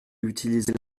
utiliser